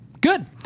Good